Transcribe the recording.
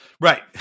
Right